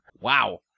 wow